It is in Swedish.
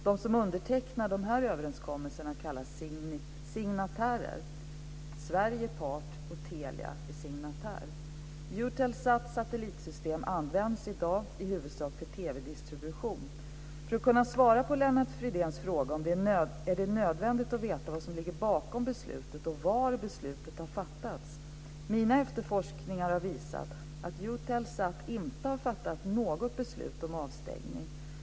De som undertecknar de här överenskommelserna kallas signatärer. Sverige är part, och Eutelsats satellitsystem används i dag i huvudsak för TV-distribution. För att kunna svara på Lennart Fridéns fråga är det nödvändigt att veta vad som ligger bakom beslutet och var beslutet har fattats. Mina efterforskningar har visat att Eutelsat inte har fattat något beslut om avstängning.